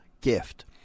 gift